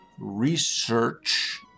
research